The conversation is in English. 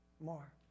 more